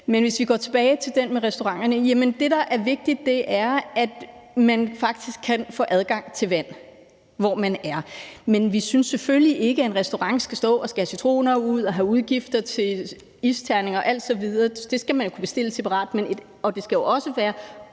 Men hvis vi går tilbage til den del med restauranterne, er det, der er vigtigt, at man faktisk kan få adgang til vand, hvor man er. Men vi synes selvfølgelig ikke, at en restaurant skal stå og skære citroner ud og have udgifter til isterninger osv.; det skal man jo kunne bestille separat. Og det skal også være